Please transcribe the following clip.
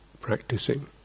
practicing